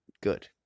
good